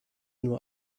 nur